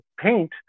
paint